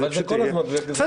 אבל זה כל הזמן --- שנייה.